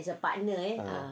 ah